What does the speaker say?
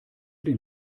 den